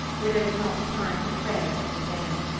where there was not time to pray every day.